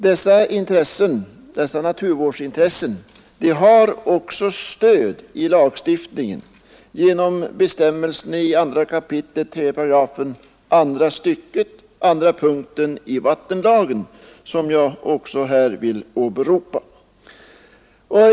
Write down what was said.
De naturvårdsintressen som här kommer till uttryck har också stöd i lagstiftningen genom bestämmelsen i 2 kap. 38 andra styckets sista mening i vattenlagen, som jag också här vill åberopa.